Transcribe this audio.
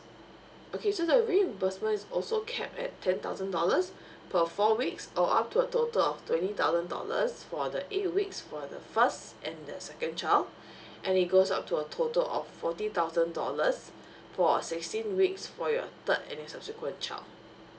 okay so the reimbursement is also cap at ten thousand dollars per four weeks or up to a total of twenty thousand dollars for the eight weeks for the first and the second child and it goes up to a total of forty thousand dollars for a sixteen weeks for your third and your subsequent child